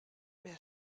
wer